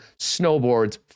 snowboards